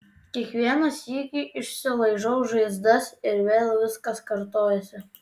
kiekvieną sykį išsilaižau žaizdas ir vėl viskas kartojasi